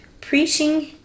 preaching